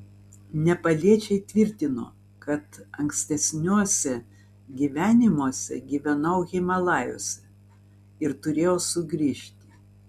nepaliečiai tvirtino kad ankstesniuose gyvenimuose gyvenau himalajuose ir turėjau sugrįžti